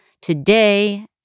today